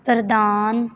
ਪ੍ਰਦਾਨ